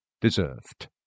deserved